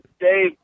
Dave